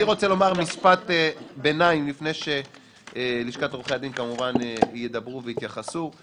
אני רוצה לומר משפט לפני שלשכת עורכי הדין כמובן ידברו ויתייחסו.